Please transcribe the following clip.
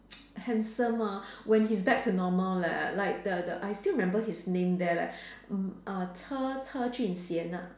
handsome ah when he's back to normal leh like the the I still remember his name there leh mm uh Che Che Jun Xian ah